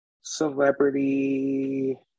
celebrity